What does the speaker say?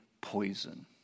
poison